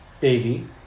baby